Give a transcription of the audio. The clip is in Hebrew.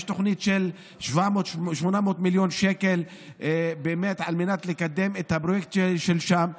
יש תוכנית של 800 מיליון שקל לקדם את הפרויקט שם.